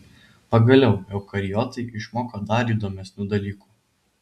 pagaliau eukariotai išmoko dar įdomesnių dalykų